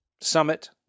Summit